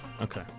okay